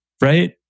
right